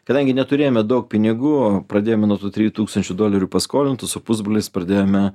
kadangi neturėjome daug pinigų pradėjome nuo tų trijų tūkstančių dolerių paskolintų su pusbroliais pradėjome